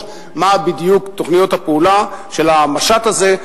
מה בדיוק תוכניות הפעולה של המשט הזה,